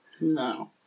No